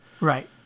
Right